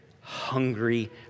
hungry